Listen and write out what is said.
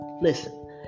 Listen